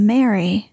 Mary